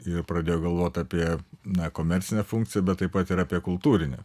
ir pradėjo galvoti apie na komercinę funkciją bet taip pat ir apie kultūrinę